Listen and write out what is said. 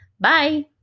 Bye